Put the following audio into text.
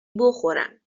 بخورم